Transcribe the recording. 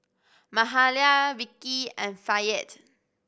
Mahalia Vicki and Fayette